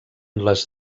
les